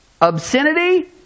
Obscenity